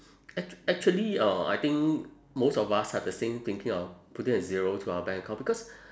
actua~ actually uh I think most of us have the same thinking of putting a zero to our bank account because